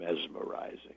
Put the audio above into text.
mesmerizing